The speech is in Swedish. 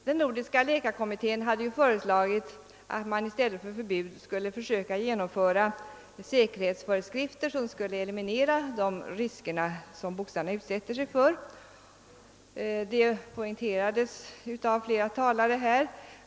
Den nordiska läkarkommittén hade föreslagit att man i stället för förbud skulle försöka genomföra säkerhetsföreskrifter som skulle eliminera de risker som boxarna utsätter sig för. Detta har poängterats av flera talare här.